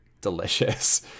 delicious